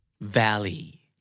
Valley